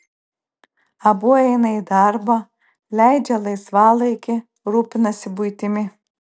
abu eina į darbą leidžia laisvalaikį rūpinasi buitimi